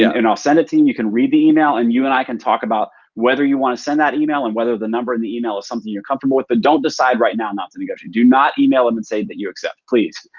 yeah and i'll send it to you. you can read the email and you and i can talk about whether you wanna send that email and whether the number in the email is something you're comfortable with, but don't decide right now not to negotiate. do not email them and say that you accept. please.